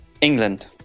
England